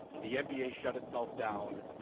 the nba shut itself down.